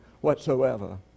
whatsoever